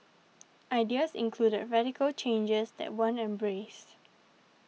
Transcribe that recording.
ideas included radical changes that weren't embraced